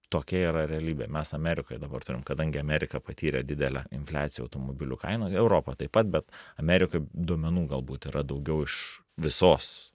tokia yra realybė mes amerikoj dabar turim kadangi amerika patyrė didelę infliaciją automobilių kainų europa taip pat bet amerikoj duomenų galbūt yra daugiau iš visos